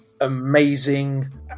amazing